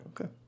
Okay